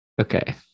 Okay